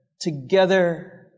together